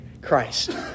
Christ